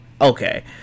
okay